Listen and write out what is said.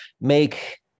make